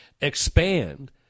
expand